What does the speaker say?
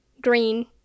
green